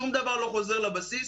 שום דבר לא חוזר לבסיס.